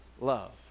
love